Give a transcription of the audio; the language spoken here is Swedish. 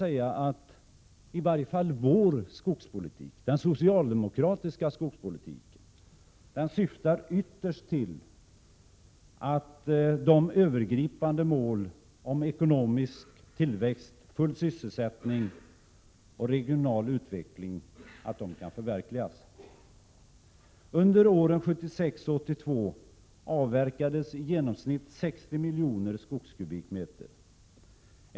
Den socialdemokratiska skogsvårdspolitiken, Lars Ernestam, syftar ytterst till att de övergripande målen om ekonomisk tillväxt, full sysselsättning och regional utveckling skall kunna förverkligas. Under åren 1976—1982 avverkades i genomsnitt 60 miljoner skogskubikmeter per år.